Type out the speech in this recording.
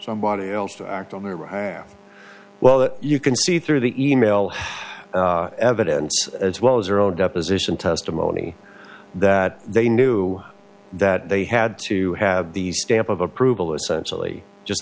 somebody else to act on their wrath well that you can see through the e mail evidence as well as your own deposition testimony that they knew that they had to have the stamp of approval essentially just